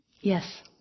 Yes